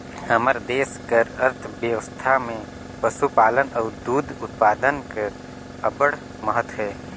हमर देस कर अर्थबेवस्था में पसुपालन अउ दूद उत्पादन कर अब्बड़ महत अहे